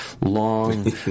long